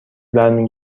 برمی